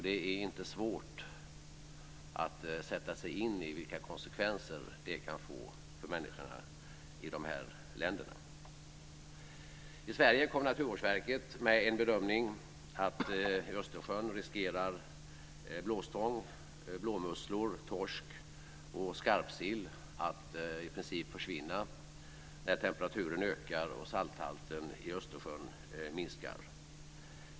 Det är inte svårt att sätta sig in i vilka konsekvenser det kan få för människorna i dessa länder. I Sverige kommer Naturvårdsverket med bedömningen att det i Östersjön finns risk för att blåstång, blåmusslor, torsk och skarpsill i princip försvinner när temperaturen ökar och salthalten i Östersjön minskar.